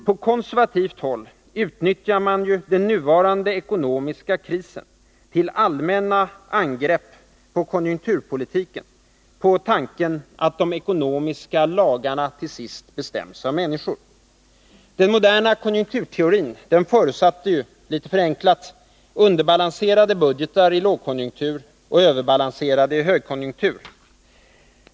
På konservativt håll utnyttjar man den nuvarande ekonomiska krisen till allmänna angrepp på konjunkturpolitiken, på tanken att de ekonomiska lagarna till sist bestäms av människor. 139 Den moderna konjunkturteorin förutsatte ju — litet förenklat — underbalanserade budgetar i lågkonjunktur och överbalanserade i högkonjunktur.